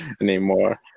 anymore